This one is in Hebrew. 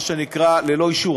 מה שנקרא, ללא אישור.